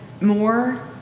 more